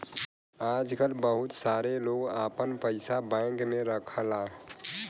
आजकल बहुत सारे लोग आपन पइसा बैंक में रखला